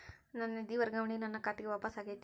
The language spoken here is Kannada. ನನ್ನ ನಿಧಿ ವರ್ಗಾವಣೆಯು ನನ್ನ ಖಾತೆಗೆ ವಾಪಸ್ ಆಗೈತಿ